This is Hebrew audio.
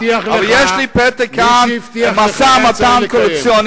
אבל יש לי כאן פתק מהמשא-ומתן הקואליציוני,